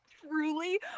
Truly